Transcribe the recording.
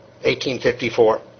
1854